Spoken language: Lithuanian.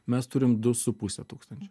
mes turim du su puse tūkstančio